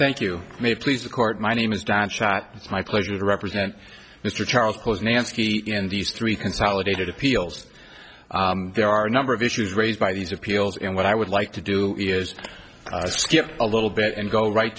thank you may please the court my name is dan shot my pleasure to represent mr charles nancy in these three consolidated appeals there are a number of issues raised by these appeals and what i would like to do is skip a little bit and go right